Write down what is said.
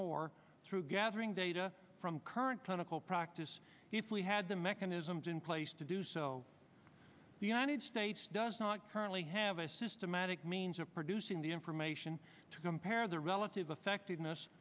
more through gathering data from current clinical practice if we had the mechanisms in place to do so the united states does not currently have a systematic means of producing the information to compare the relative effecti